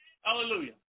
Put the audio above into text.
Hallelujah